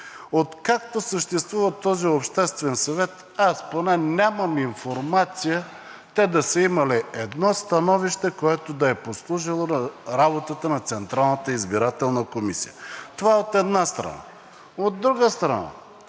Откакто съществува този обществен съвет, аз поне нямам информация те да са имали едно становище, което да е послужило на работата на Централната избирателна комисия. Това от една страна. От друга страна,